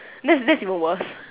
that's that's even worse